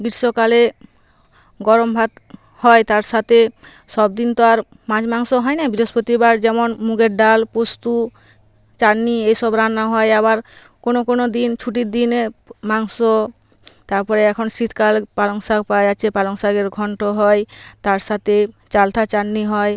গীরষ্মকালে গরম ভাত হয় তার সাতে সব দিন তো আর মাছ মাংস হয় না বৃহস্পতিবার যেমন মুগের ডাল পোস্তু চাটনি এসব রান্না হয় আবার কোনো কোনো দিন ছুটির দিনে মাংস তারপরে এখন শীতকাল পালং শাক পাওয়া যাচ্ছে পালং শাকের ঘন্ট হয় তার সাতে চালতার চাটনি হয়